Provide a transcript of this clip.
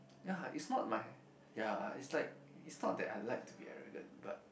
ya is not mine ya is like is thought that I like to be arrogant but